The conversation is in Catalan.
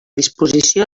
disposició